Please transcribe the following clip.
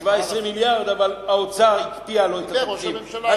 17 מיליארד, אבל האוצר הקפיא לו את התקציב.